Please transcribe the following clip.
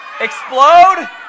Explode